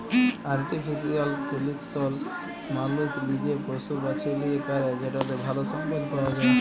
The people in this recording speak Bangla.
আর্টিফিশিয়াল সিলেকশল মালুস লিজে পশু বাছে লিয়ে ক্যরে যেটতে ভাল সম্পদ পাউয়া যায়